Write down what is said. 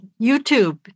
YouTube